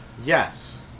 Yes